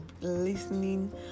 listening